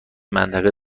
منطقه